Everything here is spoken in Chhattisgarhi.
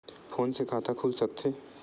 फोन से खाता खुल सकथे?